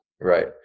Right